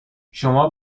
شما